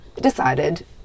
decided